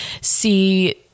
see